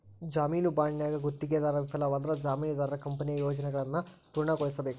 ಜಾಮೇನು ಬಾಂಡ್ನ್ಯಾಗ ಗುತ್ತಿಗೆದಾರ ವಿಫಲವಾದ್ರ ಜಾಮೇನದಾರ ಕಂಪನಿಯ ಯೋಜನೆಯನ್ನ ಪೂರ್ಣಗೊಳಿಸಬೇಕ